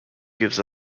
gives